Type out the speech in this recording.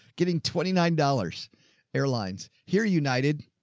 getting twenty nine dollars airlines here united.